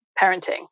parenting